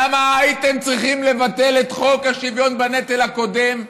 למה הייתם צריכים לבטל את חוק השוויון בנטל הקודם?